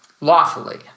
lawfully